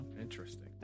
interesting